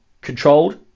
controlled